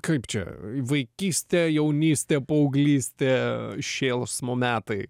kaip čia vaikystė jaunystė paauglystė šėlsmo metai